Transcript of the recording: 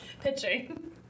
pitching